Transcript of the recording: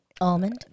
almond